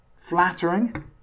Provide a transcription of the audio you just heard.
flattering